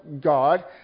God